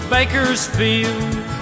Bakersfield